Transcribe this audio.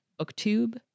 booktube